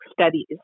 studies